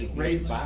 rates,